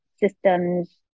systems